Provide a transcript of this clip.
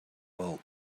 bulk